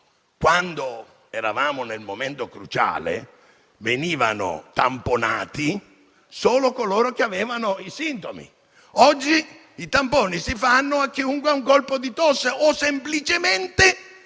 Quando eravamo nel momento cruciale, venivano tamponati solo coloro che avevano i sintomi. Oggi i tamponi si fanno a chiunque faccia un colpo di tosse o semplicemente